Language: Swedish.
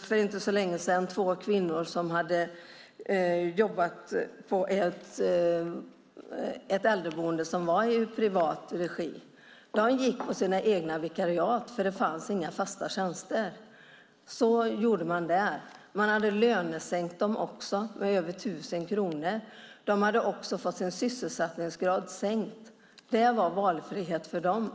För inte så länge sedan mötte jag två kvinnor som jobbade på ett äldreboende i privat regi. De gick på vikariat, för det fanns inga fasta tjänster. Man hade dessutom lönesänkt dem med över 1 000 kronor och sänkt deras sysselsättningsgrad. Det var valfrihet för dem.